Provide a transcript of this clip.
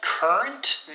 Current